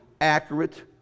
accurate